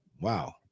wow